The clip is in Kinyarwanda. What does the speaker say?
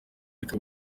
ariko